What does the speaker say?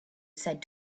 said